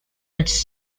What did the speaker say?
its